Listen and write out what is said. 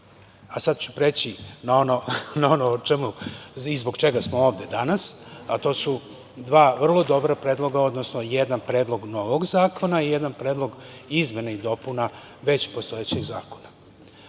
ću preći na ono zbog čega smo ovde danas, a to su dva vrlo dobra predloga, odnosno jedan predlog novog zakona i jedan predlog izmena i dopuna već postojećeg zakona. Od